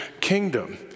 kingdom